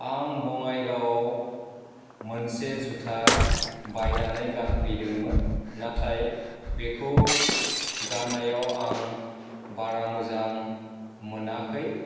आं बङाइगावआव मोनसे जुथा बायनानै गानफैदोंमोन नाथाय बेखौ गाननायाव आं बारा मोजां मोनाखै